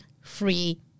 free